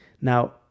Now